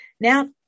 Now